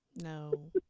No